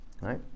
right